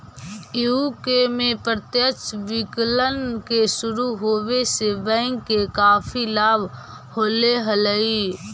UK में प्रत्यक्ष विकलन के शुरू होवे से बैंक के काफी लाभ होले हलइ